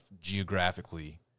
geographically